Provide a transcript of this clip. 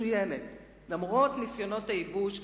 למרות ניסיונות הייבוש,